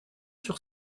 sur